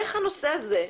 איך הנושא הזה,